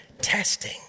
testing